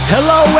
Hello